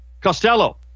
Costello